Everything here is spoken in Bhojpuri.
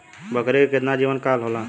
बकरी के केतना जीवन काल होला?